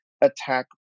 attack